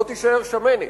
לא תישאר שמנת.